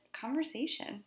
conversation